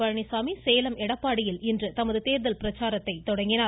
பழனிசாமி சேலம் எடப்பாடியில் இன்று தமது தேர்தல் பிரச்சாரத்தை தொடங்கினார்